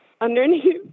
underneath